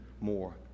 more